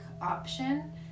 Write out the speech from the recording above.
option